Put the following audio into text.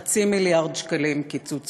חצי מיליארד שקלים קיצוץ